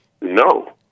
No